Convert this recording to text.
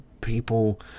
people